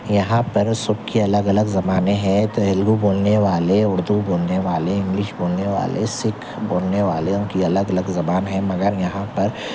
یہاں پر سب کی الگ الگ زبانیں ہیں تیلگو بولنے والے اردو بولنے والے انگلش بولنے والے سکھ بولنے والے ان کی الگ الگ زبان ہے مگر یہاں پر